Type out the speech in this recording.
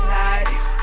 life